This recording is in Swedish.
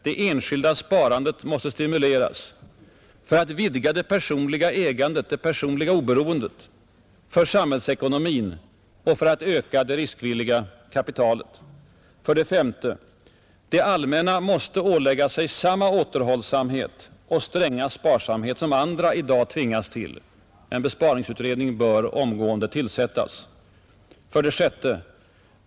Det enskilda sparandet måste stimuleras för att vidga det personliga ägandet och det personliga oberoendet för samhällsekonomin och för att öka det riskvilliga kapitalet. 5. Det allmänna måste ålägga sig samma återhållsamhet och stränga sparsamhet som andra i dag tvingas till. En besparingsutredning bör omgående tillsättas. 6.